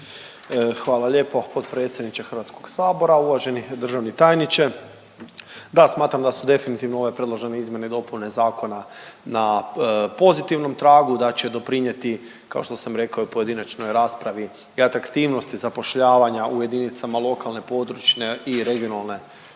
Hvala lijepo potpredsjedniče Hrvatskog sabora, uvaženi državni tajniče. Da, smatram da su definitivno ove predložene izmjene i dopune zakona na pozitivnom tragu, da će doprinijeti kao što sam rekao i pojedinačnoj raspravi i atraktivnosti zapošljavanja u jedinicama lokalne (područne) i regionalne